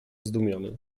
zdumiony